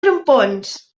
grampons